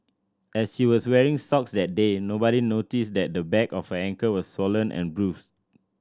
as she was wearing socks that day nobody noticed that the back of her ankle was swollen and bruised